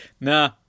nah